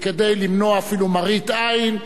וכדי למנוע אפילו מראית עין,